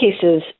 cases